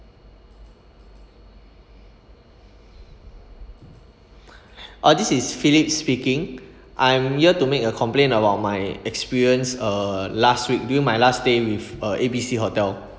uh this is felix speaking I'm here to make a complain about my experience uh last week during my last day with uh A B C hotel